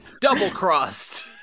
double-crossed